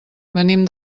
venim